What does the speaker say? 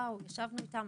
באו וישבנו איתם.